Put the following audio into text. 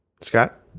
Scott